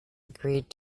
agreed